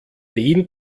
den